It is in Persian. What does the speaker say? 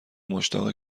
مشتاق